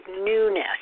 newness